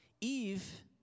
Eve